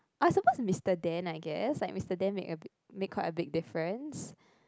I suppose to Mister Den I guess like Mister Den make a make quite a big difference